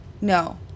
No